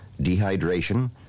dehydration